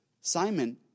Simon